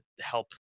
help